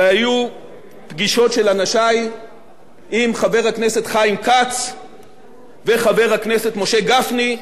היו פגישות של אנשי עם חבר הכנסת חיים כץ וחבר הכנסת משה גפני.